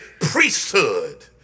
Priesthood